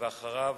ואחריו,